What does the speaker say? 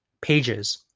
pages